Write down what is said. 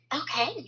Okay